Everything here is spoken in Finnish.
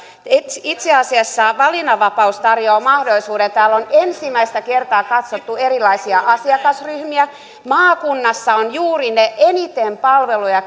itse itse asiassa valinnanvapaus tarjoaa mahdollisuuden täällä on ensimmäistä kertaa katsottu erilaisia asiakasryhmiä maakunnissa on juuri ne eniten palveluja